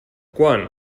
quant